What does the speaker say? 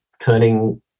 turning